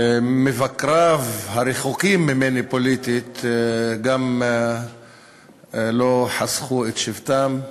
ומבקריו הרחוקים ממני פוליטית גם לא חסכו את שבטם,